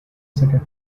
second